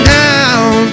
down